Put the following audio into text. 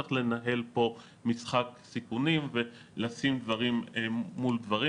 צריך לנהל פה משחק סיכונים ולשים דברים מול דברים,